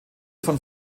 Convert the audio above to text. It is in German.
von